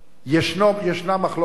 ישנה מחלוקת,